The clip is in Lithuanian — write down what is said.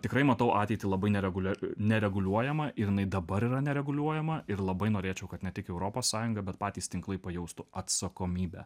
tikrai matau ateitį labai neregulia nereguliuojamą ir jinai dabar yra nereguliuojama ir labai norėčiau kad ne tik europos sąjunga bet patys tinklai pajaustų atsakomybę